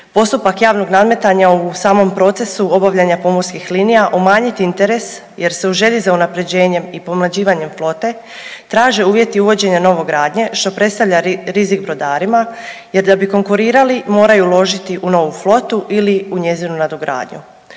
postupak javnog nadmetanja u samom procesu obavljanja pomorskih linija umanjiti interes jer se u želji za unapređenjem i pomlađivanjem flote traže uvjeti uvođenja novogradnje što predstavlja rizik brodarima jer da bi konkurirali moraju uložiti u novu flotu ili u njezinu nadogradnju.